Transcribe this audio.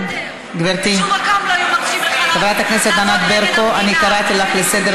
(חבר הכנסת עודד פורר יוצא מאולם המליאה.) דקה לרשותך,